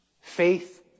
Faith